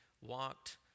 walked